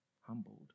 humbled